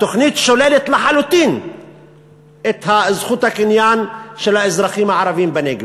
התוכנית שוללת לחלוטין את זכות הקניין של האזרחים בנגב,